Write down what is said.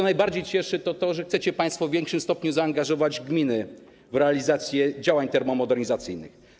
Najbardziej cieszy to, że chcecie państwo w większym stopniu zaangażować gminy w realizację działań termomodernizacyjnych.